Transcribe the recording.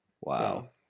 Wow